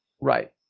Right